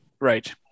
Right